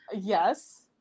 Yes